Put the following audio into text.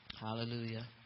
Hallelujah